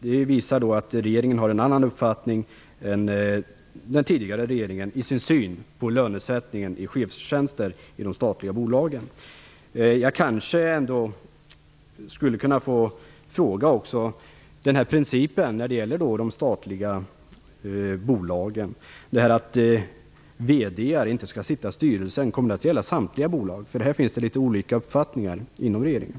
Det visar att den nuvarande regeringen har en annan uppfattning än den tidigare vad gäller synen på lönesättningen för chefstjänster i de statliga bolagen. Kommer principen att någon VD inte skall sitta i styrelsen att gälla samtliga statliga bolag? Det finns litet olika uppfattningar om detta inom regeringen.